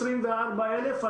24 אלף,